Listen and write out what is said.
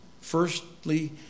firstly